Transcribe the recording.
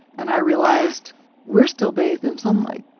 and i realized we're still bathed in sunlight.